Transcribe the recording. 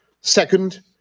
Second